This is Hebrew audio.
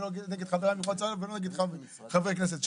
לא נגד חבריי מאיחוד הצלה ולא נגד חברי כנסת שפה.